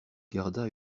garda